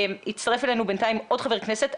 הצטרף אלינו בינתיים עוד חבר כנסת.